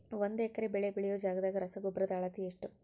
ಒಂದ್ ಎಕರೆ ಬೆಳೆ ಬೆಳಿಯೋ ಜಗದಾಗ ರಸಗೊಬ್ಬರದ ಅಳತಿ ಎಷ್ಟು?